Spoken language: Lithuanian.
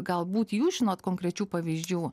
galbūt jūs žinot konkrečių pavyzdžių